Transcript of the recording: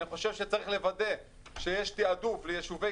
אני חושב שצריך לוודא שיש תיעדוף ליישובי